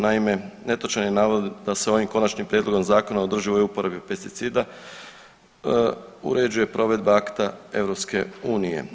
Naime, netočan je navod da se ovim konačnim prijedlogom zakona o održivoj uporabi pesticida uređuje provedba akta EU.